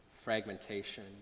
fragmentation